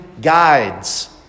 guides